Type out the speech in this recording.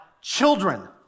children